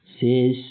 says